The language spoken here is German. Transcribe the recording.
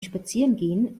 spazierengehen